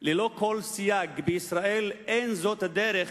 בישראל ללא כל סייג, אין זאת הדרך